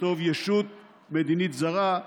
לכתוב "ישות מדינית זרה",